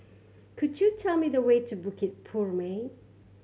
could you tell me the way to Bukit Purmei